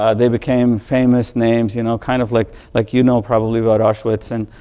ah they became famous names, you know, kind of like, like you know probably about auschwitz, and